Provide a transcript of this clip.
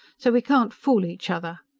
so we can't fool each other.